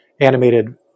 animated